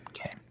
Okay